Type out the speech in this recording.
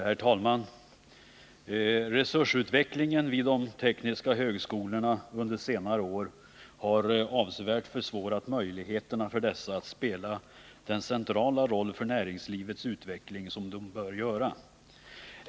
Herr talman! Resursutvecklingen vid de tekniska högskolorna under senare år har avsevärt försvårat möjligheterna för dessa att spela den centrala roll för näringslivets utveckling som de bör göra.